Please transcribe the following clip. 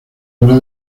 habrá